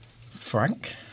Frank